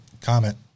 comment